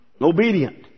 Obedient